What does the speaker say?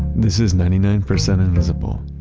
this is ninety nine percent invisible,